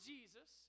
Jesus